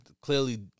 clearly